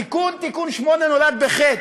התיקון, תיקון 8, נולד בחטא.